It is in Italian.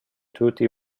tutti